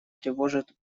тревожит